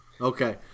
Okay